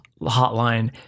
hotline